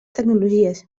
tecnologies